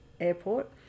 airport